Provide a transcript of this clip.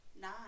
Nine